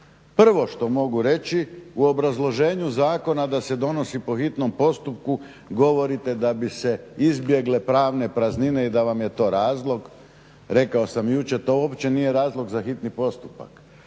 Prvo što mogu reći u obrazloženju zakona da se donosi po hitnom postupku govorite da bi se izbjegle pravne praznine i da vam je to razlog. Rekao sam jučer to uopće nije razlog za hitni postupak.